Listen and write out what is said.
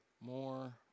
More